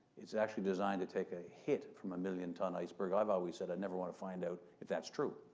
it's actually designed to take a hit from a million tonne iceberg. i've always said, i'd never want to find out if that's true,